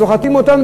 וסוחטים אותנו,